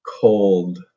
cold